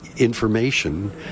Information